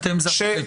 אתם זה הפרקליטות?